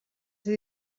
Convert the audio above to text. ser